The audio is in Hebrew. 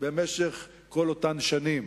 במשך כל אותן שנים,